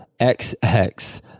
XX